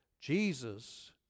Jesus